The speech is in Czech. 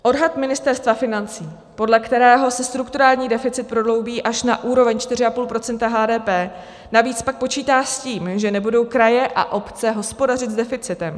Odhad Ministerstva financí, podle kterého se strukturální deficit prohloubí až na úroveň 4,5 % HDP, navíc pak počítá s tím, že nebudou kraje a obce hospodařit s deficitem.